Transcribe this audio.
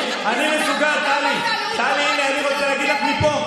אני מגנה את אותם קיצוניים שקראו לזה.